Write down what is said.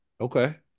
okay